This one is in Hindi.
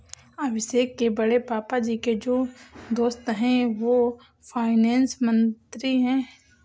अभिषेक के बड़े पापा जी के जो दोस्त है वो फाइनेंस मंत्री है